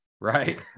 right